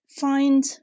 find